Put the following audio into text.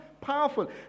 powerful